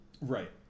Right